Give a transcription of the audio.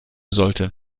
sollte